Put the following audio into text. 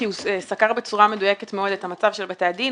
כי הוא סקר בצורה מדויקת מאוד את המצב של בתי הדין.